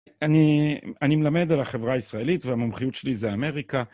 אני מלמד על החברה הישראלית והמומחיות שלי זה אמריקה.